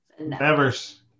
Nevers